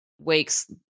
Wake's